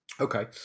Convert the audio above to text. Okay